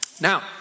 Now